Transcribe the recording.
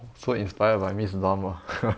so inspired by miss lam ah